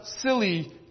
silly